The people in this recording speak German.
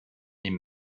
die